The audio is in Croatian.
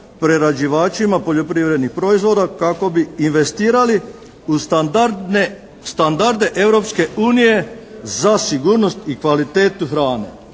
prerađivačima poljoprivrednih proizvoda kako bi investirali u standarde Europske unije za sigurnost i kvalitetu hrane.